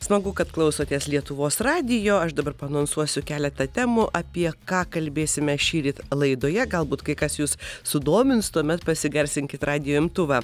smagu kad klausotės lietuvos radijo aš dabar paanonsuosiu keletą temų apie ką kalbėsime šįryt laidoje galbūt kai kas jus sudomins tuomet pasigarsinkit radijo imtuvą